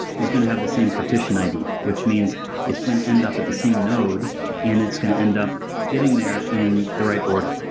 is going to have the same partition id, which means it's going to end up at the same node and it's going to end up getting there in the right order,